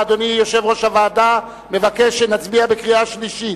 אדוני יושב-ראש הוועדה מבקש שנצביע בקריאה שלישית.